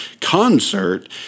concert